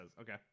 Okay